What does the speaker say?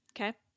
Okay